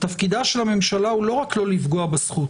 תפקידה של הממשלה הוא לא רק לא לפגוע בזכות,